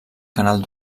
canal